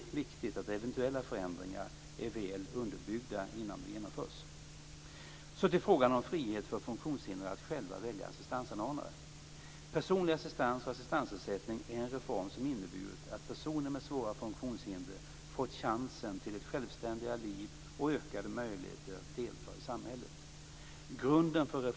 Jag tror att det är en viktig princip när vi skall arbeta för att bevara och utveckla människovärdet.